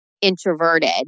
introverted